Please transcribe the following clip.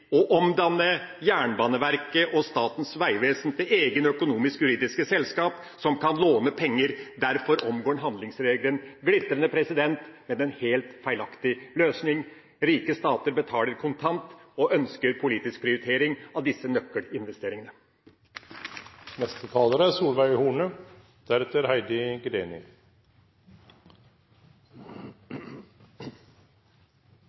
å omdanne Jernbaneverket og Statens vegvesen til egne økonomisk-juridiske selskap som kan låne penger, dermed omgår en handlingsregelen. Det er glitrende, men en helt feilaktig løsning. Rike stater betaler kontant og ønsker politisk prioritering av disse nøkkelinvesteringene.